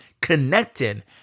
connecting